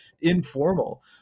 informal